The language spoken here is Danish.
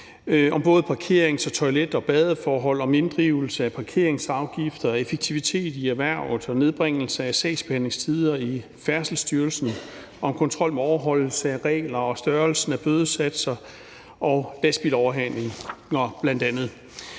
er både om parkeringsforhold, toiletforhold og badeforhold, om inddrivelse af parkeringsafgifter, om effektivitet i erhvervet og nedbringelse af sagsbehandlingstider i Færdselsstyrelsen, om kontrol med overholdelse af regler, om størrelsen af bødesatser og om lastbiloverhalinger.